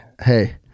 hey